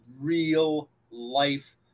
real-life